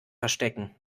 verstecken